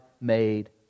made